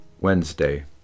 Wednesday